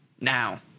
now